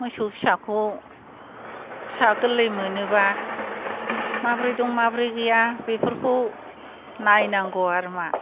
मोसौ फिसाखौ फिसा गोरलै मोनोबा माबोरै दं माबोरै गैया बेफोरखौ नायनांगौ आरोमा